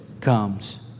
comes